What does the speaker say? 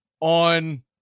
on